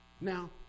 Now